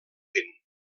vent